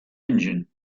engine